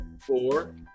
Four